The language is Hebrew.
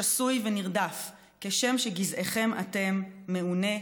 שסוי ונרדף כשם שגזעכם אתם מעונה,